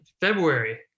February